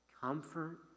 comfort